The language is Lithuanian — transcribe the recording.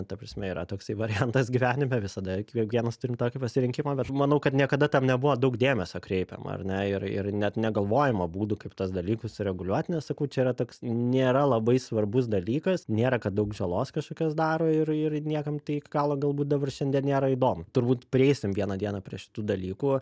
ta prasme yra toksai variantas gyvenime visada kiekvienas turim tokį pasirinkimą bet manau kad niekada tam nebuvo daug dėmesio kreipiama ar ne ir ir net negalvojama būdų kaip tuos dalykus sureguliuot nes sakau čia yra toks nėra labai svarbus dalykas nėra kad daug žalos kažkokios daro ir ir niekam tai gal galbūt dabar šiandien nėra įdomu turbūt prieisim vieną dieną prie šitų dalykų